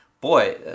Boy